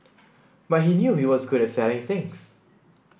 but he knew he was good at selling things